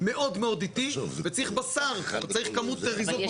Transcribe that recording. טוב, ששי שנייה רגע לעצור.